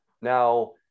now